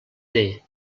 que